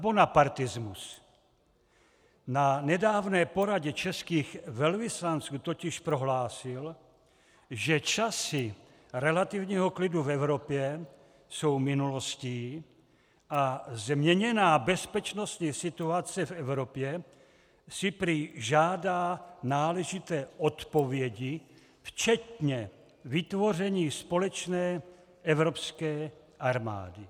Na nedávné poradě českých velvyslanců totiž prohlásil, že časy relativního klidu v Evropě jsou minulostí a změněná bezpečnostní situace v Evropě si prý žádá náležité odpovědi, včetně vytvoření společné evropské armády.